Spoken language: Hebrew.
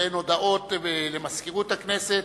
ובאין הודעות למזכירות הכנסת